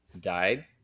died